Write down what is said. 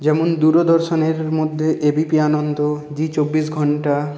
যেমন দূরদর্শনের মধ্যে A B P Ananda Zee চব্বিশ ঘন্টা